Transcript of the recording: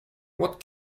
what